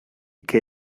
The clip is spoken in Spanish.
que